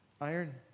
Iron